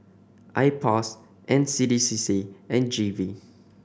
I POS N C D C C and G V